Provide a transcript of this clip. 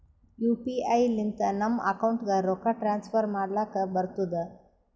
you P I ಲಿಂತ ನಮ್ ಅಕೌಂಟ್ಗ ರೊಕ್ಕಾ ಟ್ರಾನ್ಸ್ಫರ್ ಮಾಡ್ಲಕ್ ಬರ್ತುದ್